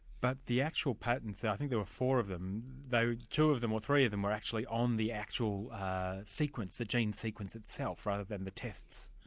but the actual patents, i think there are four of them, two of them or three of them were actually on the actual sequence, the gene sequence itself, rather than the tests.